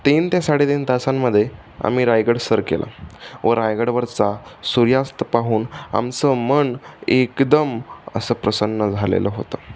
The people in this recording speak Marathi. तीन ते साडेतीन तासांमध्ये आम्ही रायगड सर केला व रायगडवरचा सूर्यास्त पाहून आमचं मन एकदम असं प्रसन्न झालेलं होतं